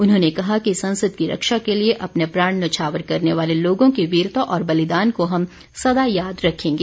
उन्होंने कहा कि संसद की रक्षा के लिए अपने प्राण न्यौछावर करने वाले लोगों की वीरता और बलिदान को हम सदा याद रखेंगे